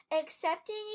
accepting